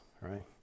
right